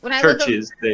churches